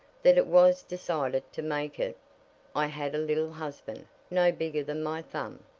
that it was decided to make it i had a little husband, no bigger than my thumb.